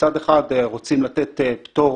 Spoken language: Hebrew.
מצד אחד רוצים לתת פטור